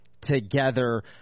together